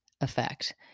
effect